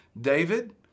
David